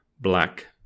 black